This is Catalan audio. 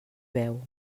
veu